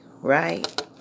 Right